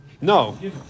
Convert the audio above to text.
No